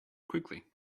quickly